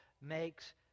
makes